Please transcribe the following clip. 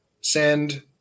send